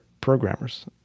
programmers